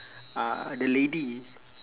uh the lady